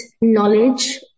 knowledge